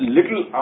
Little